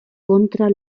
contra